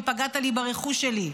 אם פגעת לי ברכוש שלי.